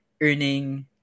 earning